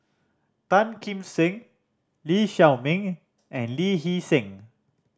Tan Kim Seng Lee Shao Meng and Lee Hee Seng